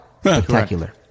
Spectacular